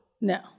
No